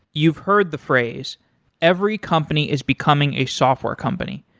you've heard the phrase every company is becoming a software company.